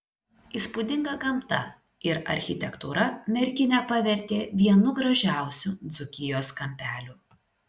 įspūdinga gamta ir architektūra merkinę pavertė vienu gražiausių dzūkijos kampelių